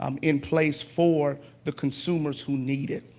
um in place for the consumers who need it,